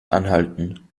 anhalten